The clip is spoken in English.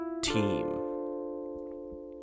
Team